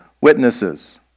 witnesses